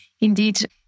Indeed